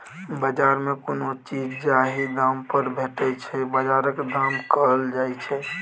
बजार मे कोनो चीज जाहि दाम पर भेटै छै बजारक दाम कहल जाइ छै